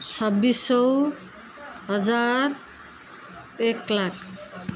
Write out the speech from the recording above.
छब्बिस सौ हजार एक लाख